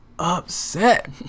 Upset